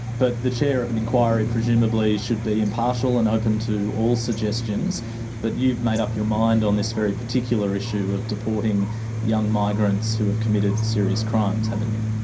but the chair of an inquiry presumably should be impartial and open to all suggestions but you've made up your mind on this very particular issue of deporting young migrants who have committed serious crimes, haven't you?